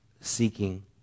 seeking